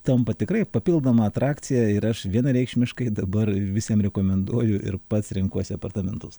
tampa tikrai papildoma atrakcija ir aš vienareikšmiškai dabar visiem rekomenduoju ir pats renkuosi apartamentus